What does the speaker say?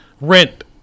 rent